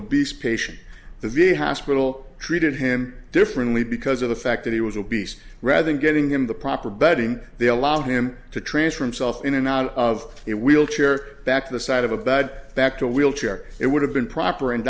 obese patient because the hospital treated him differently because of the fact that he was obese rather than getting him the proper bedding they allowed him to transfer him self in and out of it wheelchair back to the side of a bad back to a wheelchair it would have been proper and